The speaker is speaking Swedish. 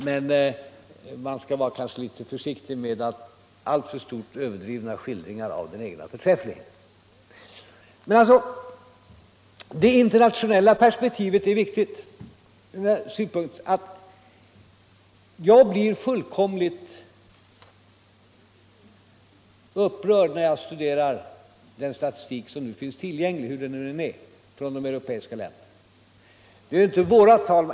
Men man skall kanske vara litet försiktig med alltför överdrivna skildringar av den egna förträffligheten. Men det internationella perspektivet är viktigt. Jag blir fullkomligt upprörd när jag studerar den statistik som finns tillgänglig, hur den nu än är, från de europeiska länderna.